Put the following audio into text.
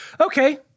Okay